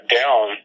down